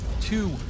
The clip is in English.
Two